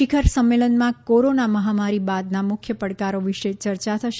શિખર સંમેલનમાં કોરોના માહમારી બાદના મુખ્ય પડકારો વિશે ચર્ચા થશે